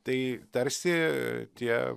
tai tarsi tie